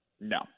No